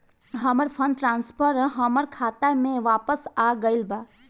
हमर fund transfer हमर खाता में वापस आ गईल बा